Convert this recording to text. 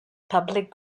public